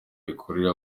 rikorerwa